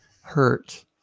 hurt